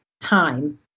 time